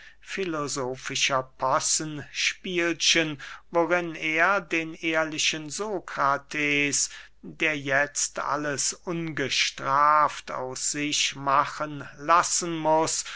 filosofischer possenspielchen worin er den ehrlichen sokrates der jetzt alles ungestraft aus sich machen lassen muß